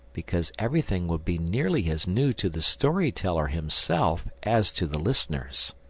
because everything would be nearly as new to the story-teller himself as to the listeners.